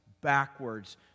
backwards